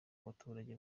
baturage